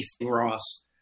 Ross